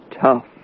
tough